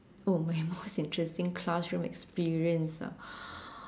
oh my most interesting classroom experience ah